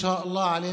אינשאללה,